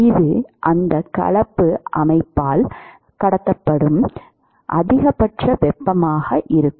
இது அந்த கலப்பு அமைப்பால் கடத்தப்படும் அதிகபட்ச வெப்பமாக இருக்கும்